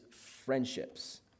friendships